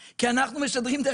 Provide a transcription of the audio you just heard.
הם לא צריכים להגיש בכלל בקשה,